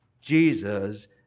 Jesus